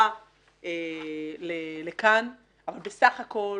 הועברה ל"כאן", אבל בסך הכול